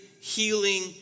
healing